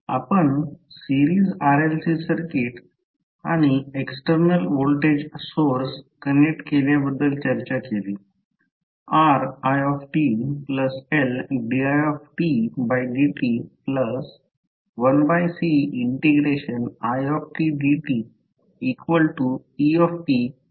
आपण series RLC circuit आणि external voltage source connect केल्याबद्दल चर्चा केली आपण RitLdidt1Cidte लिहू शकतो